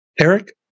eric